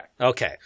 Okay